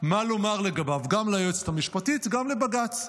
מה לומר לגביו, גם ליועצת המשפטית, גם לבג"ץ.